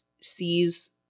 sees